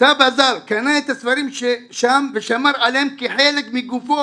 סבא ז"ל קנה את הספרים שם ושמר עליהם כחלק מגופו,